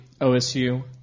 OSU